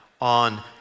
on